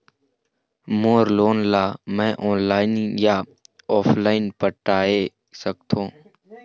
मोर loan ला मैं online या ऑफलाइन पटाए सकथों?